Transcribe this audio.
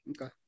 Okay